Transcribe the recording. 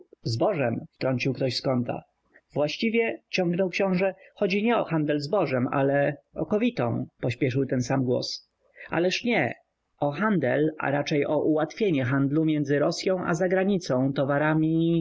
ktoś z kąta właściwie ciągnął książe chodzi nie o handel zbożem ale okowitą pośpieszył ten sam głos ależ nie o handel a raczej o ułatwienie handlu między rosyą i zagranicą towarami